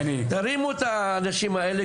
תרימו את האנשים האלה,